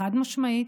חד-משמעית,